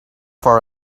for